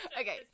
Okay